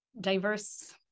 diverse